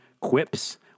quips